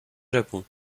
japon